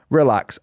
relax